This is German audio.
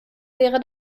wäre